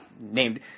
named